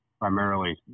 primarily